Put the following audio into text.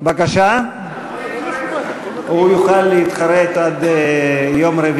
הוא יכול להתחרט, לא?